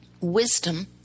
wisdom